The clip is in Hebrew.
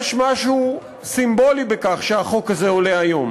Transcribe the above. יש משהו סימבולי בכך שהחוק הזה עולה היום,